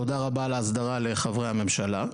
תודה רבה על ההסדרה לחברי הממשלה.